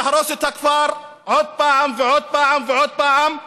להרוס את הכפר עוד פעם ועוד פעם ועוד פעם,